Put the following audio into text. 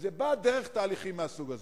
וזה בא דרך תהליכים מהסוג הזה.